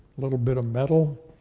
little bit of metal,